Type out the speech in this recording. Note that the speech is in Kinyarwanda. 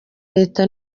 leta